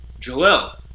Jalil